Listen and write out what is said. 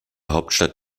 hauptstadt